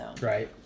Right